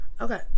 Okay